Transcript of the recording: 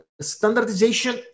Standardization